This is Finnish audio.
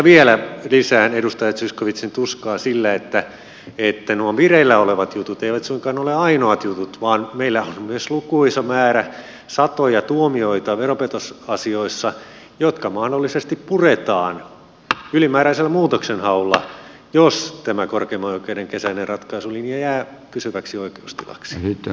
vielä lisään edustaja zyskowiczin tuskaa sillä että nuo vireillä olevat jutut eivät suinkaan ole ainoat jutut vaan meillähän on myös lukuisa määrä satoja tuomioita veropetosasioissa jotka mahdollisesti puretaan ylimääräisellä muutoksenhaulla jos tämä korkeimman oikeuden kesäinen ratkaisulinja jää pysyväksi oikeustilaksi